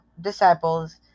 disciples